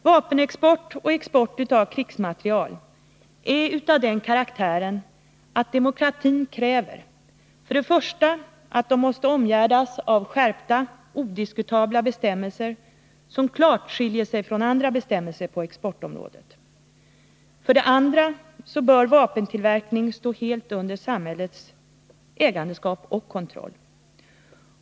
Vapenexport och export av krigsmateriel är av den karaktären att demokratin för det första kräver att de måste omgärdas av skärpta, odiskutabla bestämmelser, som klart skiljer sig från andra bestämmelser på exportområdet. För det andra bör vapentillverkning stå helt under samhällets ägandeskap och kontroll.